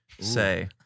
say –